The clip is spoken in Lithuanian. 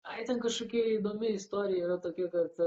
ai ten kažkokia įdomi istorija yra tokia kad